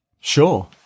Sure